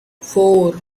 four